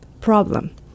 problem